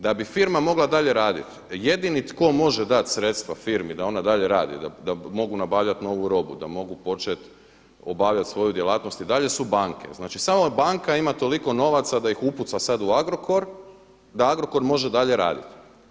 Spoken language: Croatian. Da bi firma mogla dalje raditi jedini tko može dati sredstva firmi da ona dalje radi, da mogu nabavljati novu robu, da mogu početi obavljati svoju djelatnost i dalje su banke, znači samo banka ima toliko novaca da ih upuca sada u Agrokor da Agrokor može dalje raditi.